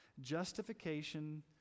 Justification